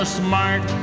smart